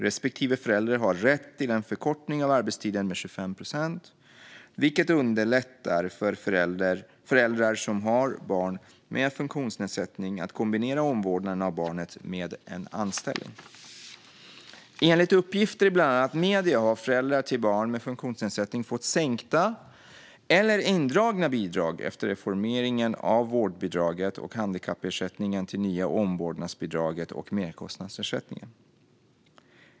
Respektive förälder har rätt till en förkortning av arbetstiden med 25 procent, vilket underlättar för föräldrar som har barn med funktionsnedsättning att kombinera omvårdnaden av barnet med en anställning. Enligt uppgifter i bland annat medier har föräldrar till barn med funktionsnedsättning fått sänkta eller indragna bidrag efter reformeringen av vårdbidraget och handikappersättningen till det nya omvårdnadsbidraget och merkostnadsersättningen.